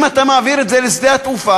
אם אתה מעביר את זה לשדה התעופה,